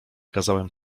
kazałem